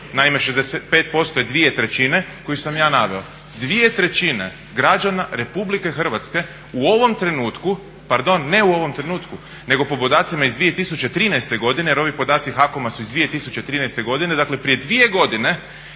naime 65% je 2/3 koju sam ja naveo. 2/3 građana RH u ovom trenutku, pardon ne u ovom trenutku nego po podacima iz 2013. godine, jer ovi podaci HAKOM-a su iz 2013. godine, dakle prije dvije godine